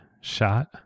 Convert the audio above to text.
shot